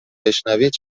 بشنوید